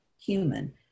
human